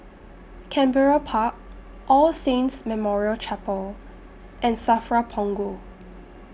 Canberra Park All Saints Memorial Chapel and SAFRA Punggol